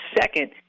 second